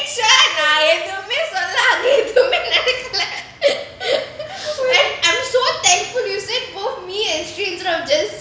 !walao! eh I made sure நான் எதுமே சொல்லல:naan ethumae sollala to make எதுமே நடக்கல:ethumae nadakkala an~ and I'm so thankful you send both me and she just